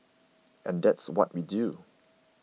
and that's what we do